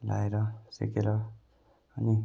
लगाएर सेकेर अनि